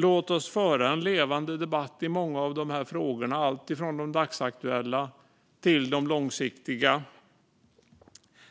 Låt oss föra en levande debatt i många av dessa frågor, allt från de dagsaktuella till de långsiktiga,